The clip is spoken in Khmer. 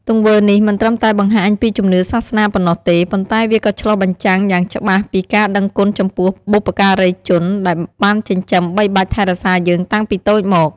ទង្វើនេះមិនត្រឹមតែបង្ហាញពីជំនឿសាសនាប៉ុណ្ណោះទេ ប៉ុន្តែវាក៏ឆ្លុះបញ្ចាំងយ៉ាងច្បាស់ពីការដឹងគុណចំពោះបុព្វការីជនដែលបានចិញ្ចឹមបីបាច់ថែរក្សាយើងតាំងពីតូចមក។